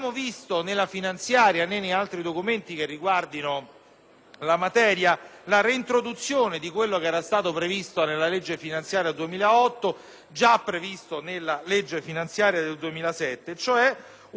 la reintroduzione di quanto previsto nella legge finanziaria 2008, già previsto nella legge finanziaria 2007, cioè una disciplina finanziata da questo Governo